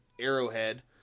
Arrowhead